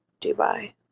Dubai